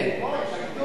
זה דיון היסטורי.